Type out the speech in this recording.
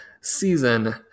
season